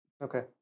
okay